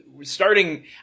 starting